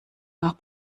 nach